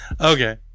Okay